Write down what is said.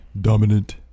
Dominant